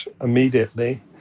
immediately